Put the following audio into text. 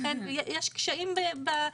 לכן יש קשיים ב-,